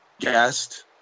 guest